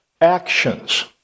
actions